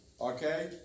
Okay